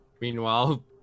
meanwhile